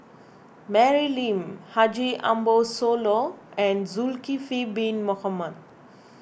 Mary Lim Haji Ambo Sooloh and Zulkifli Bin Mohamed